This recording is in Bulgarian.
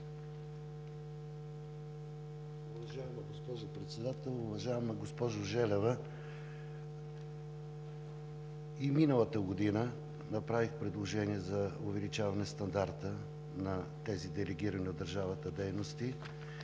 Уважаема госпожо Председател! Уважаема госпожо Желева, и миналата година направих предложение за увеличаване на стандарта на тези делегирани от държавата дейности.